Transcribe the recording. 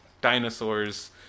dinosaurs